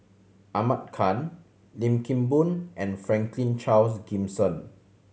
Ahmad Khan Lim Kim Boon and Franklin Charles Gimson